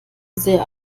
sehr